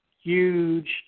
Huge